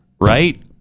right